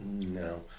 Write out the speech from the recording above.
No